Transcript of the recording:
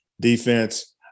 defense